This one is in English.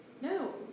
No